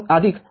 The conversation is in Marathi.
z x